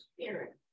spirit